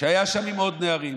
שהיה שם עם עוד נערים.